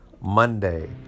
Monday